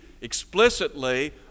explicitly